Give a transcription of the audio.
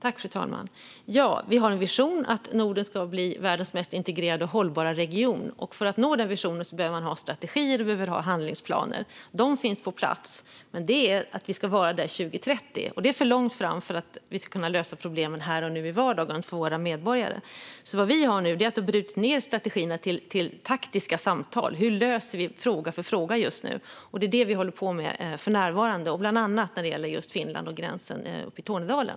Fru talman! Ja, vi har en vision att Norden ska bli världens mest integrerade och hållbara region. För att nå den visionen behöver vi ha strategier och handlingsplaner. Det finns sådana på plats, men de är för att vara där 2030. Det är för långt fram för att vi ska kunna lösa problemen för våra medborgare här och nu, i vardagen. Vad vi har gjort är att bryta ned strategierna till taktiska samtal om hur vi löser fråga för fråga just nu. Det är det vi håller på med för närvarande, bland annat när det gäller just Finland och gränsen uppe i Tornedalen.